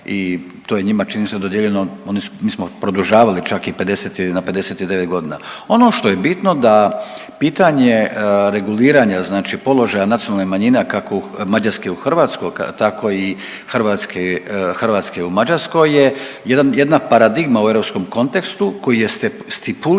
i to je njima čini se dodijeljeno oni su, mi smo produžavali čak i 50 ili na 59 godina. Ono što je bitno da pitanje reguliranja znači položaja nacionalne manjine kako mađarske u Hrvatsku tako hrvatske, hrvatske u Mađarskoj je jedna paradigma u europskom kontekstu koji je stipuliran